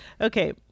okay